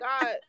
God